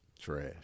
Trash